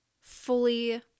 fully